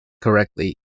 correctly